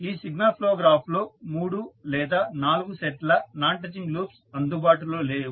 ఈ signal flow graph లో మూడు లేదా నాలుగు సెట్ ల నాన్ టచింగ్ లూప్స్ అందుబాటులో లేవు